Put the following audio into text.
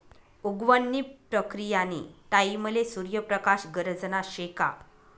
उगवण नी प्रक्रीयानी टाईमले सूर्य प्रकाश गरजना शे का